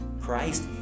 Christ